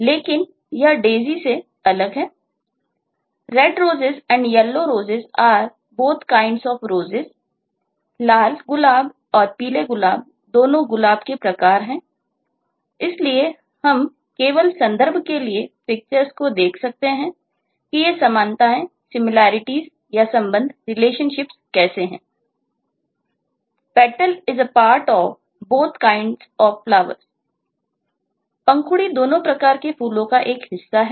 "Petal is a part of both kinds of flowers" पंखुड़ी दोनों प्रकार के फूलों का एक हिस्सा है